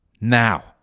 now